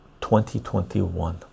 2021